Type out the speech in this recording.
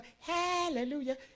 hallelujah